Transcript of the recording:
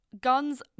guns